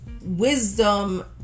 Wisdom